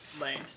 Lane